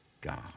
God